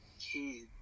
kid